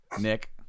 Nick